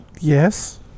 yes